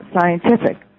Scientific